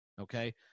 Okay